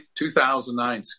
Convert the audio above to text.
2009